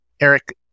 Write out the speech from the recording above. Eric